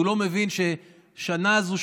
הוא לא מבין שהשנה הזו,